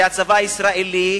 זה הצבא הישראלי,